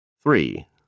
Three